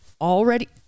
already